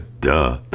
duh